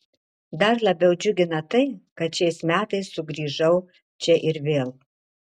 dar labiau džiugina tai kad šiais metais sugrįžau čia ir vėl